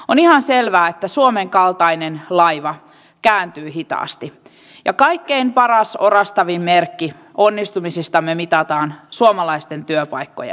on ihan selvää että suomen kaltainen laiva kääntyy hitaasti ja kaikkein paras orastavin merkki onnistumisistamme mitataan suomalaisten työpaikkojen määränä